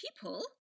people